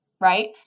right